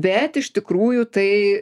bet iš tikrųjų tai